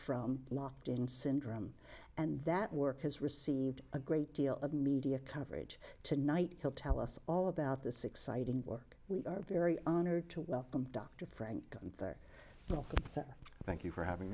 from locked in syndrome and that work has received a great deal of media coverage tonight he'll tell us all about this exciting work we are very honored to welcome dr frank de sac thank you for having